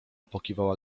pokiwała